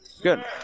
Good